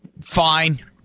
fine